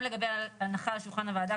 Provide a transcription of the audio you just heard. לגבי ההנחה על שולחן הוועדה,